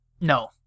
no